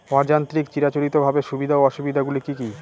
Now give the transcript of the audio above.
অযান্ত্রিক চিরাচরিতভাবে সুবিধা ও অসুবিধা গুলি কি কি?